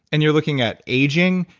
and you're looking at aging,